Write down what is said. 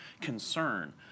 concern